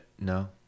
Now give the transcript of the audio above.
no